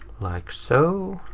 like so.